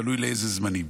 תלוי לאיזה זמנים.